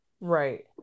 Right